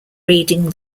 reading